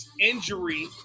injury